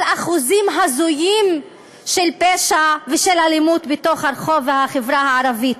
על אחוזים הזויים של פשע ושל אלימות ברחוב ובחברה הערבית.